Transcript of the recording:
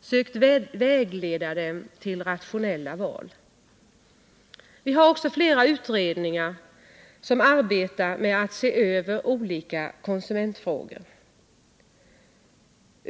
sökt vägleda dem till rationella val. Flera utredningar arbetar också med att se över olika konsumentfrågor.